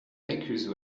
accused